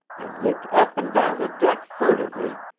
and looked up and down the deck furtively,